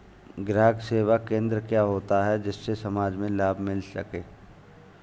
ग्राहक सेवा केंद्र क्या होता है जिससे समाज में लाभ मिल सके?